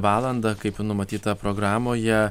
valandą kaip numatyta programoje